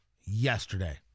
yesterday